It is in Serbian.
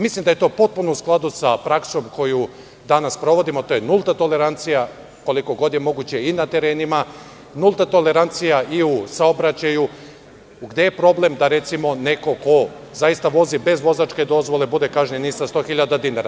Mislim da je to potpuno u skladu sa praksom koju danas sprovodimo, a to je nulta tolerancija, koliko god je moguće, na terenima, nulta tolerancija i u saobraćaju gde je problem da, recimo, neko ko vozi bez vozačke dozvole bude kažnjen i sa 100.000 dinara.